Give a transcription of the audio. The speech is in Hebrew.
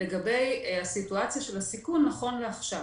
לגבי הסיטואציה של הסיכון נכון לעכשיו,